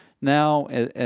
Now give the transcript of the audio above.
now